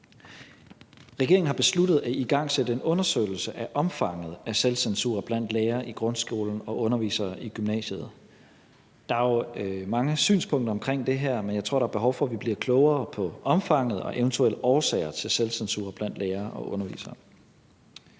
Regeringen har besluttet at igangsætte en undersøgelse af omfanget af selvcensur blandt lærere i grundskolen og undervisere i gymnasiet. Der er jo mange synspunkter omkring det her, men jeg tror, der er behov for, at vi bliver klogere på omfanget og eventuelle årsager til selvcensur blandt lærere og undervisere.